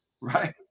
right